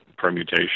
permutation